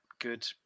good